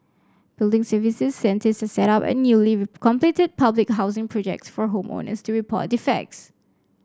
building services centres set up at newly completed public housing projects for home owners to report defects